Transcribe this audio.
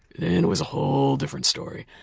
then it was a whole different story.